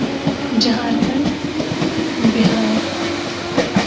Jharkhand Bihar